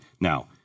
Now